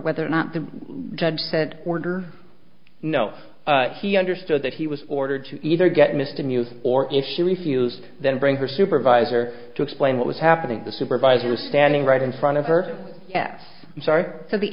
whether or not the judge said order no he understood that he was ordered to either get mr new or if he refused then bring her supervisor to explain what was happening the supervisor standing right in front of her i'm sorry for the